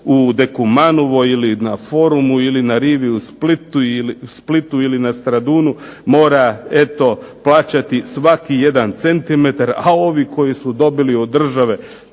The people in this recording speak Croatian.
u Dekumanovoj ili na Forumu ili na rivi u Splitu ili na Stradunu mora eto plaćati svaki jedan centimetar, a ovi koji su dobili od države